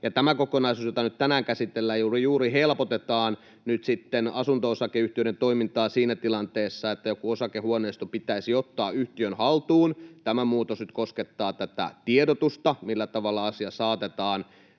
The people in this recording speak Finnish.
Tässä kokonaisuudessa, jota nyt tänään käsitellään, juuri helpotetaan nyt sitten asunto-osakeyhtiöiden toimintaa siinä tilanteessa, että joku osakehuoneisto pitäisi ottaa yhtiön haltuun. Tämä muutos nyt koskettaa tätä tiedotusta, millä tavalla asia saatetaan